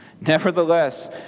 Nevertheless